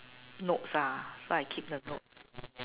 notes ah so I keep the notes